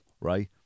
right